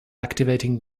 activating